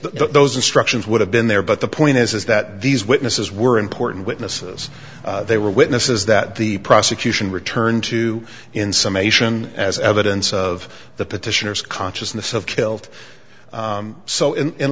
those instructions would have been there but the point is is that these witnesses were important witnesses they were witnesses that the prosecution return to in summation as evidence of the petitioners consciousness of killed so in